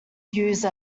use